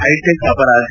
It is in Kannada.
ಹೈಟೆಕ್ ಅಪರಾಧ